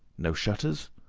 no shutters?